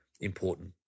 important